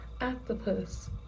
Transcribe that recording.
octopus